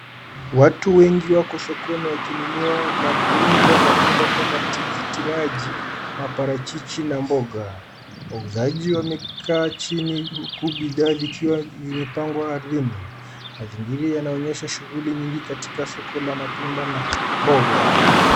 Watu wengi wako sokoni wakinunua na kuuza matunda kama tikiti maji maparajiji na mbonga. Wauzaji wamekaa jini huku bidhaa vikiwa vimepangwa aridhini. Mazingira yanaonyesha shughuli nyingi katika soko la matunda na mboga.